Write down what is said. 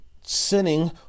sinning